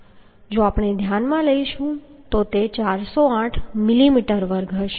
જો આપણે ધ્યાનમાં લઈશું તો તે 408 મિલીમીટર વર્ગ હશે